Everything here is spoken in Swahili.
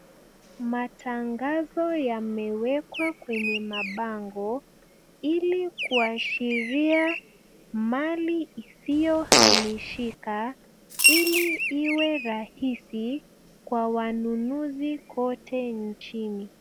Matangazo yamewekwa kwenye mabango, ili kuashiria mali isiyohamishika, ili iwe rahisi kwa wanunuzi kote nchini.